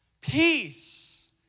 Peace